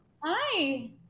Hi